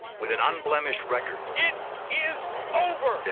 with an unblemished record, it is over.